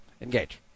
Engage